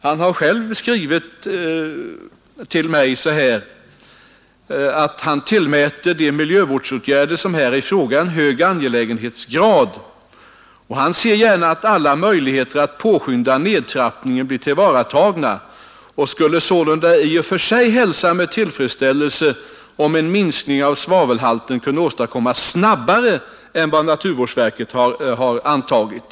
Han har själv skrivit till mig och sagt att han tillmäter de miljövårdsåtgärder som här är i fråga en hög angelägenhetsgrad. Han ser gärna att alla möjligheter att påskynda nedtrappningen blir tillvaratagna och skulle sålunda i och för sig hälsa med tillfredsställelse om en minskning av svavelhalten kunde åstadkommas snabbare än vad naturvårdsverket har antagit.